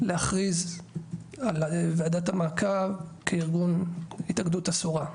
להכריז על ועדת המעקב כארגון התאגדות אסורה,